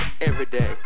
everyday